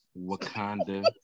Wakanda